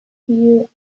still